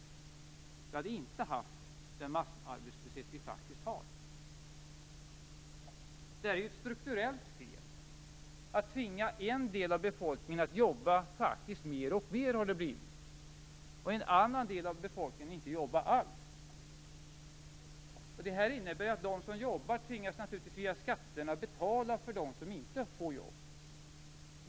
Vi hade inte haft den massarbetslöshet vi faktiskt har. Det är ett strukturellt fel att tvinga en del av befolkningen att faktiskt jobba mer och mer, medan en annan del av befolkningen inte jobbar alls. Det innebär naturligtvis att de som jobbar tvingas att via skatterna betala för dem som inte får jobb.